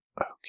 Okay